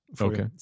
okay